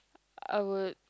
I would